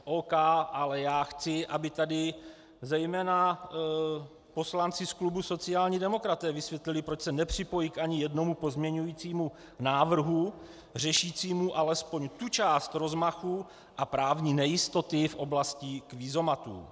Ok, ale já chci, aby tady zejména poslanci z klubu sociální demokraté vysvětlili, proč se nepřipojí ani k jednomu pozměňujícímu návrhu řešícímu alespoň tu část rozmachu a právní nejistoty v oblastí kvízomatů.